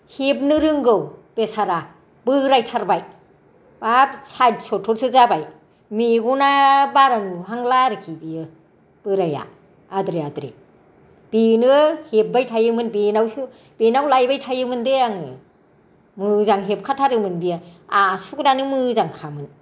हेबनो रोंगौ बेसारा बोरायथारबाय बाब साय सत्थरसो जाबाय मेगना बारा नुहांला आरोखि बेयो बोराया आद्रि आद्रि बेनो हेब्बाय थायोमोन बेनावसो बेनाव लायबाय थायोमोन दे आङो मोजां हेबखाथारोमोन बियो आसुगुरानो मोजांखामोन